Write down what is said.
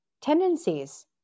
tendencies